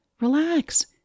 Relax